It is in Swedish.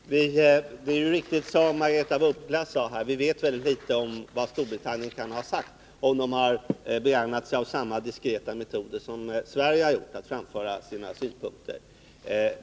Herr talman! Det är ju riktigt som Margaretha af Ugglas sade: Vi vet mycket litet om vad Storbritannien kan ha sagt — om Storbritannien har begagnat sig av samma diskreta metoder som Sverige för att framföra sina synpunkter.